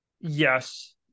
Yes